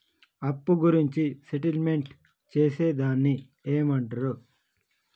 అప్పు గురించి సెటిల్మెంట్ చేసేదాన్ని ఏమంటరు?